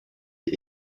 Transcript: est